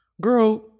Girl